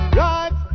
right